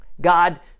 God